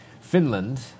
Finland